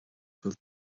bhfuil